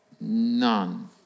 None